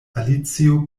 alicio